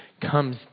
comes